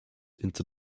into